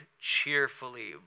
cheerfully